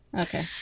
Okay